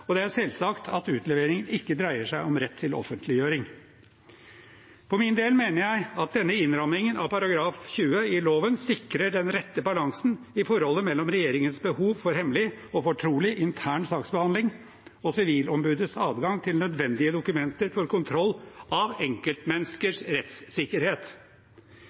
og det er selvsagt at utleveringen ikke dreier seg om rett til offentliggjøring. For min del mener jeg at denne innrammingen av § 20 i loven sikrer den rette balansen i forholdet mellom regjeringens behov for hemmelig og fortrolig intern saksbehandling og sivilombudets adgang til nødvendige dokumenter for kontroll av enkeltmenneskers rettssikkerhet.